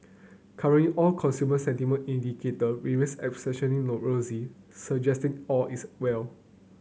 currently all consumer sentiment indicator remain exceptionally rosy suggesting all is well